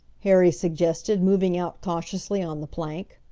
harry suggested, moving out cautiously on the plank.